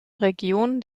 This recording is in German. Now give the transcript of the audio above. region